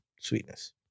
sweetness